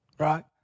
Right